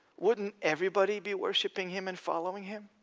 wouldn't everybody be worshipping him and following him?